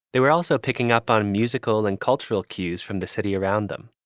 they were also picking up on musical and cultural cues from the city around them.